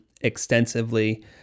extensively